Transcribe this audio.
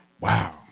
Wow